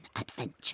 adventure